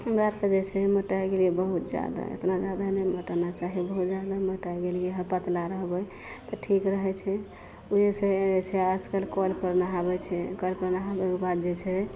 हमरा आरके जे छै मोटाइ गेलियै बहुत जादा एतना जादा नहि मोटाना चाही बहुत जादा मोटाइ गेलियै हँ पतला रहबय तऽ ठीक रहय छै ओइसँ ऐसे आजकल कलपर नहाबय छै कलपर नहाबयके बाद जे छै